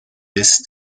this